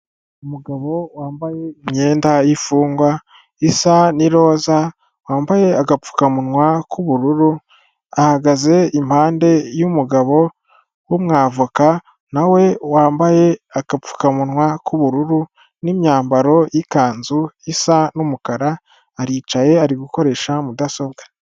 Umugabo wambaye imyenda y'imfungwa isa n'iroza, wambaye agapfukamunwa k'ubururu, ahagaze impande y'umugabo w'umwavoka na we wambaye agapfukamunwa k'ubururu n'imyambaro y'ikanzu isa n'umukara, aricaye, ari gukoresha mudasobwa.